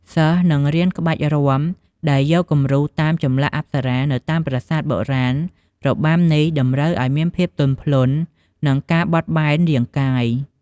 សិស្សនឹងរៀនក្បាច់រាំដែលយកគំរូតាមចម្លាក់អប្សរានៅតាមប្រាសាទបុរាណ របាំនេះតម្រូវឱ្យមានភាពទន់ភ្លន់ និងការបត់បែនរាងកាយ។